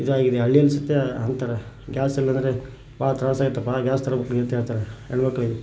ಇದಾಗಿದೆ ಹಳ್ಳಿಯಲ್ಲಿ ಸಹಿತ ಅಂತಾರೆ ಗ್ಯಾಸ್ ಇಲ್ಲ ಅಂದ್ರೆ ಭಾಳ ತ್ರಾಸು ಆಗೈತಿ ಭಾಳ ಗ್ಯಾಸ್ ತರಬೇಕ್ರಿ ಅಂತ ಹೇಳ್ತಾರೆ ಹೆಣ್ಮಕ್ಳಿಗೆ